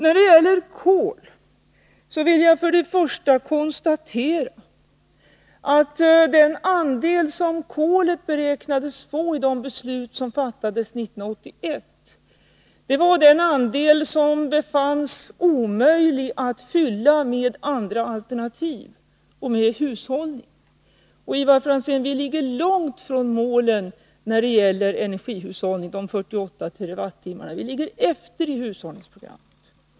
När det gäller kol vill jag konstatera att den andel som kolet beräknas få i de beslut som fattades 1981 var den andel som befanns omöjlig att fylla med andra alternativ eller med hushållning. Ivar Franzén, vi ligger långt från målet på 48 TWh när det gäller energihushållningen, vi ligger efter i hushållningsprogrammet.